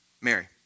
Mary